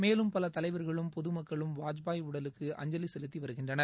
மேலும் பலதலைவர்களும் பொதுமக்களும் வாஜ்பாய் உடலுக்கு அஞ்சலி செலுத்தி வருகின்றனர்